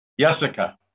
Jessica